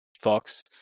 Fox